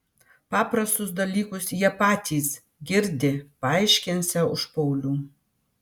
paprastus dalykus jie patys girdi paaiškinsią už paulių